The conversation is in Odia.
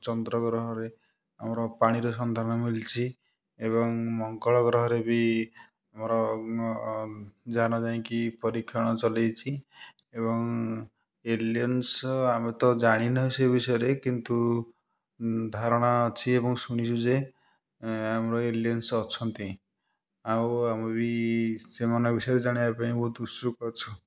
ଚନ୍ଦ୍ରଗ୍ରହରେ ଆମର ପାଣିର ସନ୍ଧାନ ମିଳିଛି ଏବଂ ମଙ୍ଗଳଗ୍ରହରେ ବି ଆମର ଯାନ ଯାଇକି ପରୀକ୍ଷଣ ଚଲେଇଛି ଏବଂ ଏଲିଅନ୍ସ ଆମେ ତ ଜାଣିନାହୁଁ ସେ ବିଷୟରେ କିନ୍ତୁ ଧାରଣା ଅଛି ଏବଂ ଶୁଣିଛୁ ଯେ ଆମର ଏଲିଅନ୍ସ ଅଛନ୍ତି ଆଉ ଆମର ବି ସେମାନଙ୍କ ବିଷୟରେ ଜାଣିବାକୁ ବହୁତ ଉତ୍ସୁକ ଅଛୁ